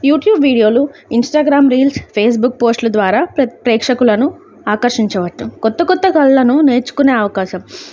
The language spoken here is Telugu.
యూట్యూబ్ వీడియోలు ఇంస్టాగ్రామ్ రీల్స్ ఫెస్బుక్ పోస్టుల ద్వారా ప్ర ప్రేక్షకులను ఆకర్షించవచ్చు కొత్త కొత్త కళలను నేర్చుకునే అవకాశం